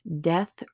death